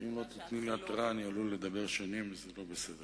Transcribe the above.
אם לא תיתני לי התראה אני עלול לדבר שנים וזה לא בסדר,